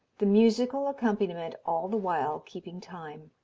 the musical accompaniment all the while keeping time.